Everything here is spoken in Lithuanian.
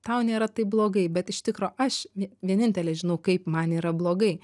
tau nėra taip blogai bet iš tikro aš vie vienintelė žinau kaip man yra blogai